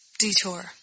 detour